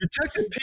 Detective